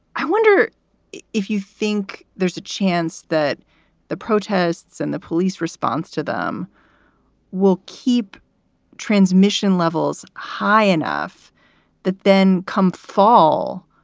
i wonder if you think there's a chance that the protests and the police response to them will keep transmission levels high enough that then come fall?